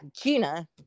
Gina